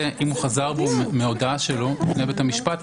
אם הוא חזר בו מהודאתו בפני בית המשפט,